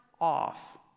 off